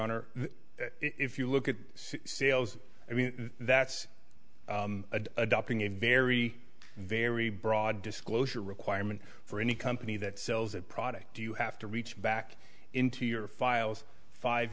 honor if you look at sales i mean that's a adopting a very very broad disclosure requirement for any company that sells a product do you have to reach back into your files five